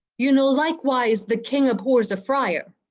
you know likewise the king abhors a friar.